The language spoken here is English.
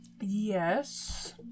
Yes